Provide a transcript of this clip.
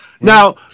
Now